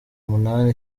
umunani